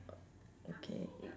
okay